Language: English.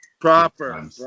proper